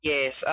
Yes